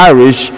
Irish